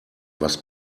was